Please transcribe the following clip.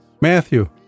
Matthew